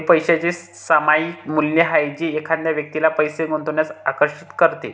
हे पैशाचे सामायिक मूल्य आहे जे एखाद्या व्यक्तीला पैसे गुंतवण्यास आकर्षित करते